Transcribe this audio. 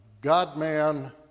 God-man